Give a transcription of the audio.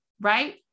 right